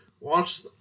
watch